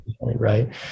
Right